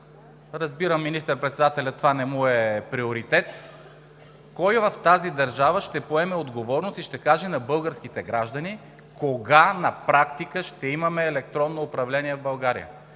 разбирам, че на министър-председателя това не му е приоритет, ще поеме отговорност и ще каже на българските граждани кога на практика ще имаме електронно управление в България;